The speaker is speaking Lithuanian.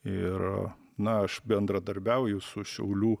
ir na aš bendradarbiauju su šiaulių